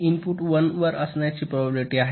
ही input 1 वर असण्याची probability आहे